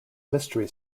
mystery